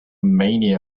mania